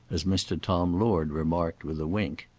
as mr. tom lord remarked, with a wink.